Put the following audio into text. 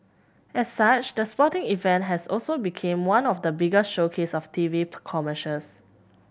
as such the sporting event has also become one of the biggest showcases of TV commercials